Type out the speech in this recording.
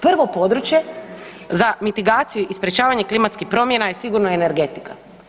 Prvo područje za mitigaciju i sprječavanje klimatskih promjena je sigurno energetika.